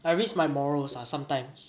I risk my morals ah sometimes